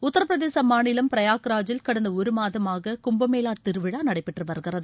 உத்திரபிரதேச மாநிலம் பிரயாக்ராஜில் கடந்த ஒரு மாதமாக கும்பமேளா திருவிழா நடைபெற்று வருகிறது